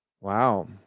Wow